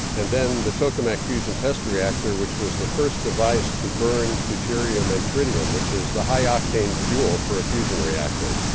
and then the tokamak fusion test reactor which was the first device to burn deuterium and tritium which is the high octane fuel for a fusion reactor.